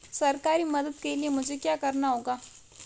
सरकारी मदद के लिए मुझे क्या करना होगा?